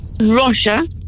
Russia